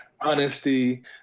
Honesty